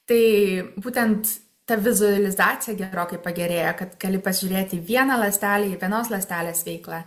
tai būtent ta vizualizacija gerokai pagerėja kad gali pažiūrėti į vieną ląstelę į vienos ląstelės veiklą